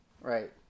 Right